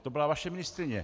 To byla vaše ministryně.